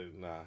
nah